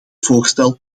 voorstel